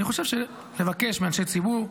אני חושב שנבקש מאנשי ציבור,